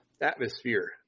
Atmosphere